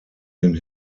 den